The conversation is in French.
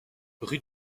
rue